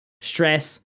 stress